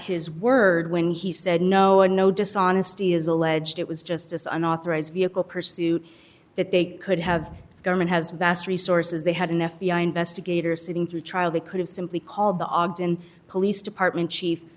his word when he said no and no dishonesty is alleged it was just as unauthorized vehicle pursuit that they could have the government has vast resources they had an f b i investigator sitting through a trial they could have simply called the ogden police department chief